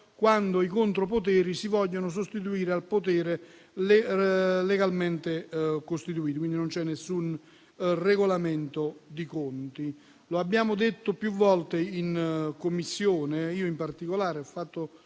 quando i contropoteri si vogliono sostituire al potere legalmente costituito. Quindi, non c'è alcun regolamento di conti. Come abbiamo detto più volte in Commissione e ho evidenziato